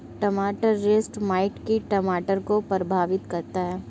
टमाटर russet mite कीट टमाटर को प्रभावित करता है